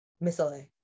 Missile